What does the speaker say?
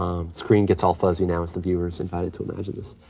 um screen gets all fuzzy now as the viewer's invited to imagine this.